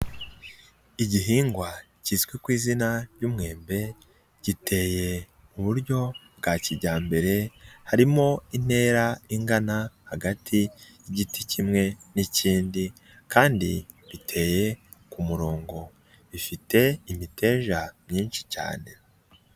Igihingwa kizwi ku izina ry'umwembe giteye mu buryo bwa kijyambere harimo intera ingana hagati y'igiti kimwe n'ikindi kandi biteye ku murongo bifite imiteja myinshi cyane.